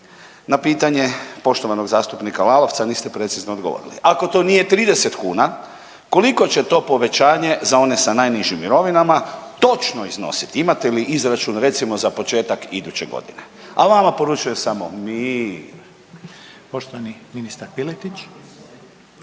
Na pitanje poštovanog zastupnika Lalovca niste precizno odgovorili. Ako to nije 30 kuna, koliko će to povećanje za one sa najnižim mirovinama točno iznositi? Imate li izračun, recimo, za početak iduće godine? A vama poručujem samo,